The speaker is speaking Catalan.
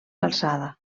alçada